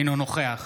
אינו נוכח